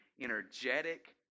energetic